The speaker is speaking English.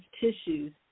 tissues